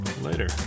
Later